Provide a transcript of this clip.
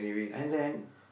and then